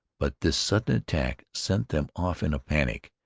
but this sudden attack sent them off in a panic,